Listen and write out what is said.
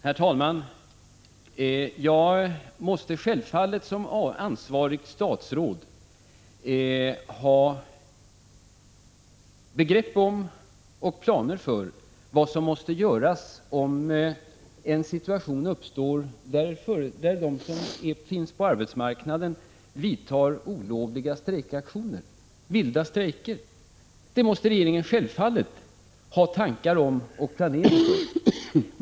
Herr talman! Jag måste självfallet som ansvarigt statsråd ha ett begrepp om 29 maj 1986 och planer för vad som måste göras om en situation uppstår där de som finns på arbetsmarknaden vidtar olovliga strejkaktioner, vilda strejker. Det måste regeringen självfallet ha tankar om och en planering för.